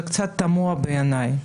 זה קצת תמוה בעיניי.